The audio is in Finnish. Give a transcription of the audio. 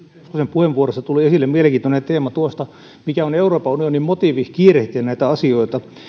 puheenvuorossa tuli esille mielenkiintoinen teema tuosta mikä on euroopan unionin motiivi kiirehtiä näitä asioita